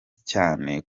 cyane